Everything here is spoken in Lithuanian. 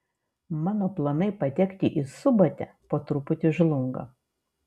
mano planai patekti į subatę po truputį žlunga